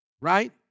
right